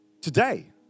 today